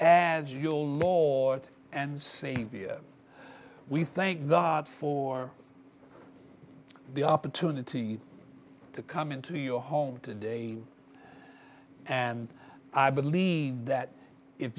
as your mortal and savior we thank god for the opportunity to come into your home today and i believe that if